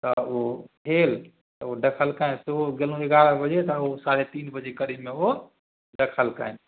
तऽ ओ भेल तऽ ओ देखलकनि सेहो गेलहुँ एगारह बजे तऽ ओ साढ़े तीन बजे करीबमे ओ देखलकनि